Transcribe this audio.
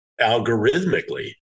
algorithmically